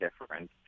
different